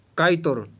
kaitor